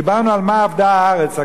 דיברנו על מה אבדה הארץ.